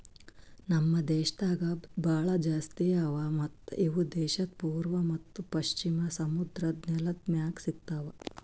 ನಮ್ ದೇಶದಾಗ್ ಭಾಳ ಜಾಸ್ತಿ ಅವಾ ಮತ್ತ ಇವು ದೇಶದ್ ಪೂರ್ವ ಮತ್ತ ಪಶ್ಚಿಮ ಸಮುದ್ರದ್ ನೆಲದ್ ಮ್ಯಾಗ್ ಸಿಗತಾವ್